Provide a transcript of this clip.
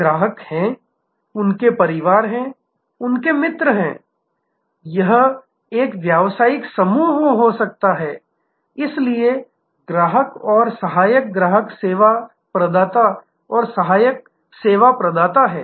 तो ग्राहक हैं उनके परिवार हैं उनके मित्र हैं यह एक व्यावसायिक समूह हो सकता है इसलिए ग्राहक और सहायक ग्राहक सेवा प्रदाता और सहायक सेवा प्रदाता हैं